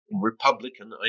Republican